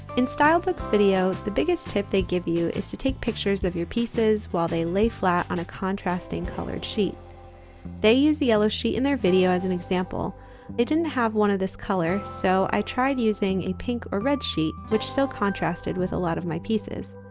in stylebook's video, the biggest tip they give you is to take pictures of your pieces while they lay flat on a contrasting colored sheet they use the yellow sheet in their video as an example it didn't have one of this color so i tried using a pink or red sheet which still contrasted with a lot of my pieces